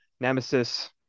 Nemesis